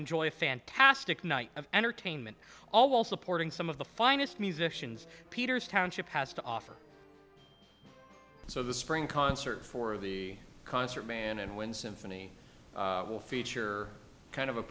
enjoy a fantastic night of entertainment all while supporting some of the finest musicians peters township has to offer so the spring concert for the concert band and wind symphony will feature kind of a